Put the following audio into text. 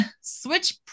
switch